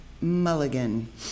Mulligan